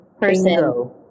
person